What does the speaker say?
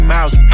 Mouse